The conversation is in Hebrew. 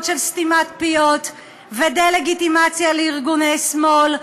של סתימת פיות ודה-לגיטימציה של ארגוני שמאל.